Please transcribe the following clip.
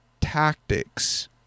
tactics